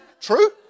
True